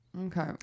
Okay